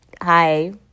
hi